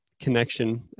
connection